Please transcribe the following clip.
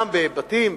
גם בבתים,